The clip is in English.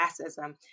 classism